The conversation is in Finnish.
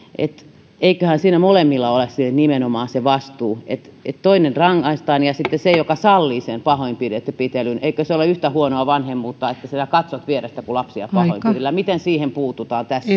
että eiköhän siinä nimenomaan molemmilla ole se vastuu toista rangaistaan ja se joka sallii pahoinpitelyn eikö se ole yhtä huonoa vanhemmuutta että sinä katsot vierestä kun lapsia pahoinpidellään miten siihen puututaan tässä